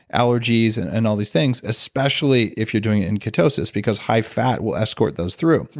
allergies, and and all these things especially if you're doing it in ketosis because high fat will escort those through,